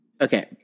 Okay